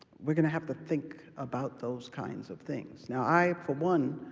we're going to have to think about those kinds of things. now, i, for one,